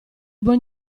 buon